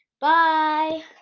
Bye